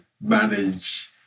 manage